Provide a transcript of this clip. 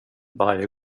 varje